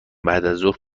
بعدازظهر